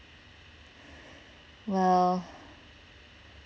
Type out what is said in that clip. yeah well